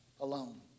alone